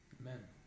Amen